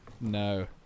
No